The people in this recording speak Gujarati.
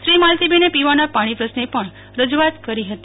શ્રી માલતીબેને પીવાના પાણી પ્રશ્ને પણ રજુઆત કરી હતી